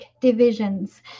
divisions